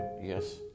Yes